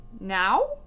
Now